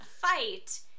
fight